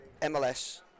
MLS